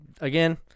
Again